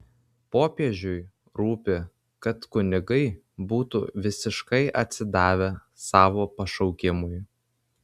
popiežiui rūpi kad kunigai būtų visiškai atsidavę savo pašaukimui